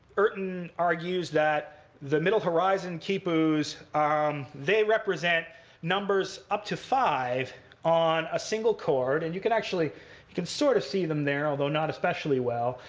urton argues that the middle horizon khipus um they represent numbers up to five on a single cord. and you can actually you can sort of see them there, although not especially well.